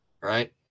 Right